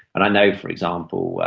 and i know, for example,